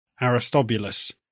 Aristobulus